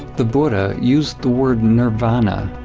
the buddha used the word nirvana,